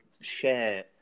share